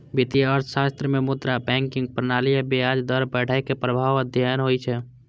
वित्तीय अर्थशास्त्र मे मुद्रा, बैंकिंग प्रणाली आ ब्याज दर बढ़ै के प्रभाव अध्ययन होइ छै